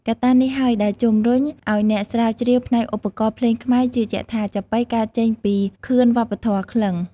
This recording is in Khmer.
កត្តានេះហើយដែលជំរុញឲ្យអ្នកស្រាវជ្រាវផ្នែកឧបករណ៍ភ្លេងខ្មែរជឿជាក់ថា ចាប៉ីកើតចេញពីខឿនវប្បធម៌ក្លិង្គ។